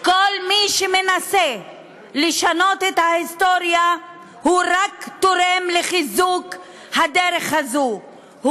כל מי שמנסה לשנות את ההיסטוריה רק תורם לחיזוק הדרך הזאת,